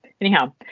Anyhow